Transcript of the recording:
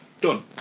Done